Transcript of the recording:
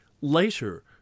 later